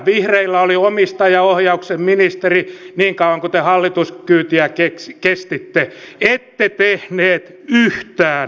vihreillä oli omistajaohjauksen ministeri niin kauan kuin te hallituskyytiä kestitte ette tehneet yhtään mitään